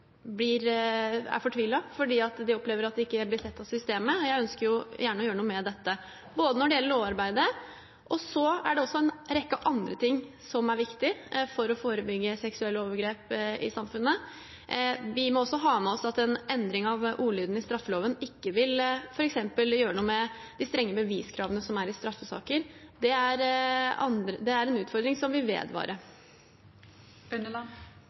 er fortvilet fordi de opplever at de ikke blir sett av systemet. Jeg ønsker å gjøre noe med dette, og både lovarbeid og en rekke andre ting er viktig for å forebygge seksuelle overgrep i samfunnet. Vi må også ha med oss at en endring av ordlyden i straffeloven ikke vil f.eks. gjøre noe med de strenge beviskravene som er i straffesaker. Det er en utfordring som vil